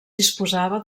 disposava